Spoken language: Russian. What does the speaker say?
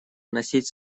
вносить